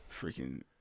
Freaking